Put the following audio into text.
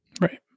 Right